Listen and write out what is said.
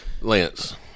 Lance